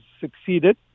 succeeded